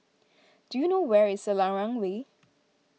do you know where is Selarang Way